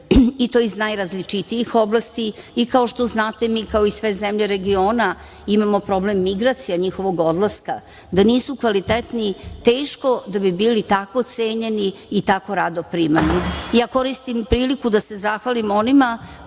i to iz najrazličitijih oblasti i kao što znate, mi kao sve zemlje regiona imamo problem migracije, njihovog odlaska. Da nisu kvalitetni teško da bi bili tako cenjeni i tako rado primani. Koristim priliku da se zahvalim onima